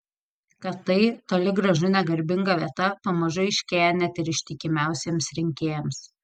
kad tai toli gražu ne garbinga vieta pamažu aiškėja net ir ištikimiausiems rinkėjams